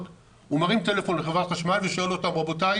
הוא מרים טלפון לחברת חשמל ושואל: רבותיי,